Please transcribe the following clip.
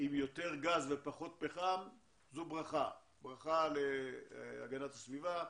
עם יותר גז ופחות פחם זו ברכה להגנה הסביבה,